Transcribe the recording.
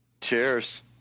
Cheers